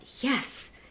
yes